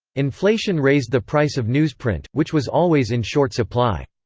inflation raised the price of newsprint, which was always in short supply.